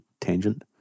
tangent